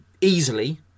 Easily